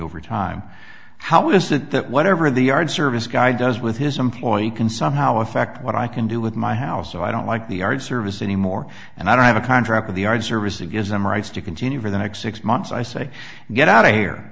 over time how is it that whatever the yard service guy does with his employee can somehow affect what i can do with my house so i don't like the art service anymore and i don't have a contract with the armed services gives them rights to continue for the next six months i say get outta here